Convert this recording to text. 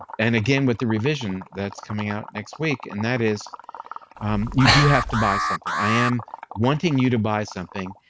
and again with the revision that's coming out next week, and that is um you do have to buy something. i am wanting you to buy something,